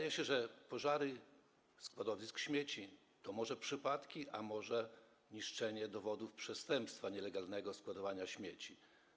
Jak się wydaje, pożary składowisk śmieci to może przypadki, a może niszczenie dowodów przestępstwa nielegalnego składowania śmieci.